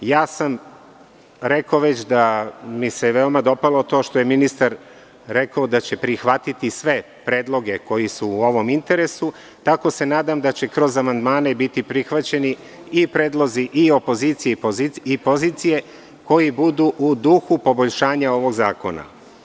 Rekao sam već da mi se veoma dopalo to što je ministar rekao da će prihvatiti sve predloge koji su u ovom interesu, tako da se nadam da će kroz amandmane biti prihvaćeni predlozi i opozicije i pozicije koji budu u duhu poboljšanja ovog zakona.